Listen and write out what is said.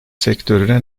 sektörüne